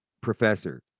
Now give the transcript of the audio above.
professor